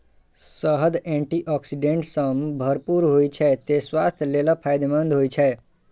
शहद antioxidant सं भरपूर होइ छै, तें स्वास्थ्य लेल फायदेमंद होइ छै